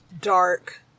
dark